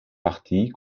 partie